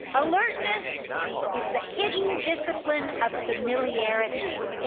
alertness is the hidden discipline of familiarity.